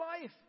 life